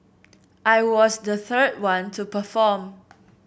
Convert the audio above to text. I was the third one to perform